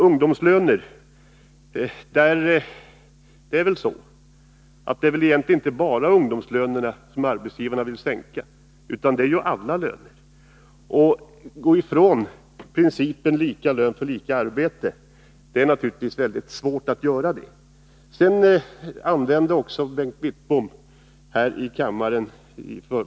Egentligen är det väl inte bara ungdomslönerna som arbetsgivarna vill sänka, utan det är alla löner. Det är naturligtvis mycket svårt att gå ifrån principen lika lön för lika arbete.